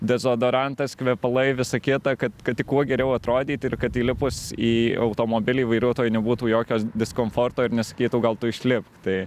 dezodorantas kvepalai visa kita kad kad tik kuo geriau atrodyt ir kad įlipus į automobilį vairuotojui nebūtų jokio diskomforto ir nesakytų gal tu išlipk tai